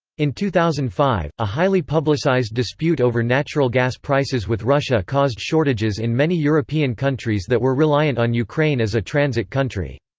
in two thousand and five, a highly publicized dispute over natural gas prices with russia caused shortages in many european countries that were reliant on ukraine as a transit country.